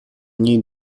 new